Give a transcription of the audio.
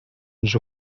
ens